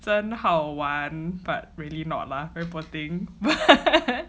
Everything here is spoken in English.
真好玩 but really not lah very poor thing